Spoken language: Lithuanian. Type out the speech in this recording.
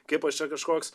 kaip aš čia kažkoks